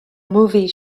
movie